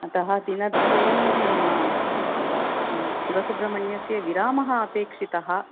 अतः दिनद्वयं शिवसुब्रह्मण्यस्य विरामः अपेक्षितः